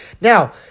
Now